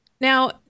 Now